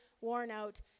worn-out